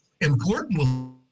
important